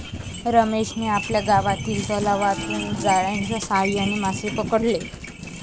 रमेशने आपल्या गावातील तलावातून जाळ्याच्या साहाय्याने मासे पकडले